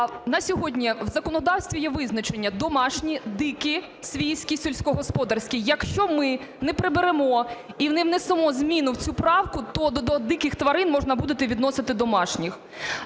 На сьогодні в законодавстві є визначення "домашні", "дикі", "свійські", "сільськогосподарські". Якщо ми не приберемо і не внесемо зміну в цю правку, то до диких тварин можна буде відносити домашніх.